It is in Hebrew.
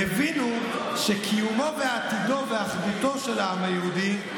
הבינו שקיומו ועתידו ואחדותו של העם היהודי,